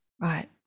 Right